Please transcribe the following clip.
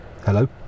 Hello